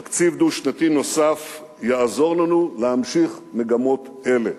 תקציב דו-שנתי נוסף יעזור לנו להמשיך מגמות אלה.